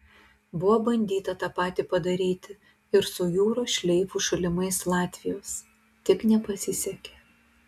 buvo bandyta tą patį padaryti ir su jūros šleifu šalimais latvijos tik nepasisekė